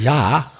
Ja